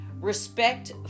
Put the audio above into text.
respect